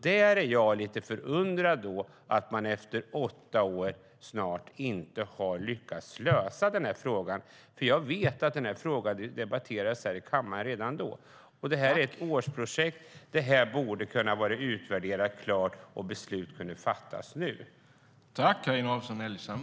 Där är jag lite förundrad över att man efter snart åtta år inte har lyckats lösa frågan. Jag vet att den här frågan debatterades här i kammaren redan då. Detta är ett årsprojekt, så det borde ha varit utvärderat och klart för att fatta beslut nu.